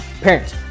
Parents